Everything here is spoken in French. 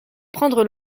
prendre